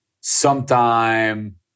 sometime